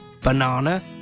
banana